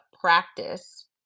practice